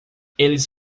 eles